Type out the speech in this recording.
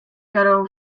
girl